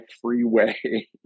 freeway